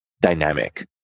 dynamic